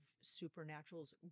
Supernatural's